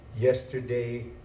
yesterday